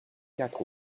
quatre